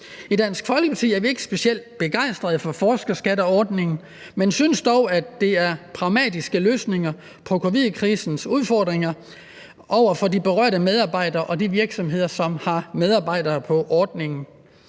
I Dansk Folkeparti er vi ikke specielt begejstrede for forskerskatteordningen, men synes dog, at det er pragmatiske løsninger på covid-19-krisens udfordringer for de berørte medarbejdere og de virksomheder, som har medarbejdere på ordningen.